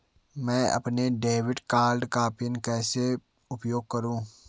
मैं अपने debit card का पिन कैसे उपयोग करूँ?